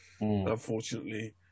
unfortunately